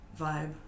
vibe